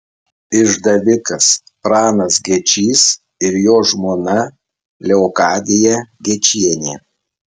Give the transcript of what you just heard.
išdavikas pranas gečys ir jo žmona leokadija gečienė